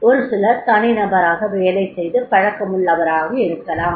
ஒரு சிலர் தனிநபராக வேலையைச் செய்து பழக்கமுள்ளவராகலாம்